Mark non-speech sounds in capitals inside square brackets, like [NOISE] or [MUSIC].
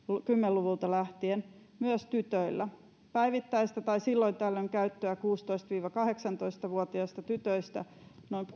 luvulta lähtien myös tytöillä päivittäistä tai silloin tällöin käyttöä on kuusitoista viiva kahdeksantoista vuotiaista tytöistä noin [UNINTELLIGIBLE]